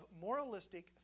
moralistic